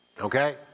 Okay